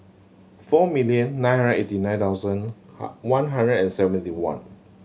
four million nine hundred eighty nine thousand one hundred and seventy one